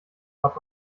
hört